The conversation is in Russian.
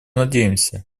надеемся